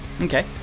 Okay